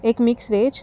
एक mix veg